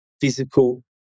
physical